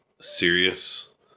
serious